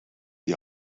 die